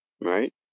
right